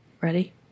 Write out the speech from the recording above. Ready